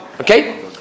Okay